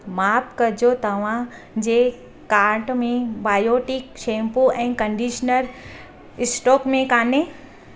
माफ़ु कजो तव्हांजे काट में बायोटिक शैम्पू ऐं कंडीशनर स्टोक में कोन्हे